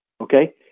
Okay